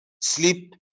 sleep